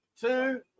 two